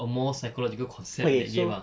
a more psychological concept in that game ah